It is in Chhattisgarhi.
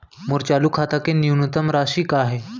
मोर चालू खाता के न्यूनतम राशि का हे?